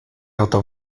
oto